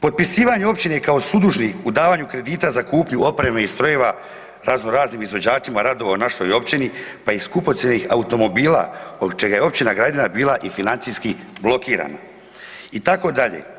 Potpisivanje općine kao sudužnik u davanju kredita za kupnju opreme i strojeva raznoraznim izvođačima radova u našoj općini pa i skupocjenih automobila od čega je općina Gradina bila i financijski blokirana itd.